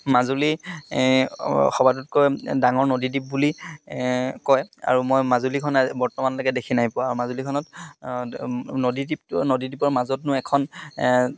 মাজুলী সবাটোতকৈ ডাঙৰ নদী দ্বীপ বুলি কয় আৰু মই মাজুলীখন বৰ্তমানলৈকে দেখি নাই পোৱা আৰু মাজুলীখনত নদী দ্বীপটো নদী দ্বীপৰ মাজতনো এখন